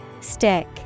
Stick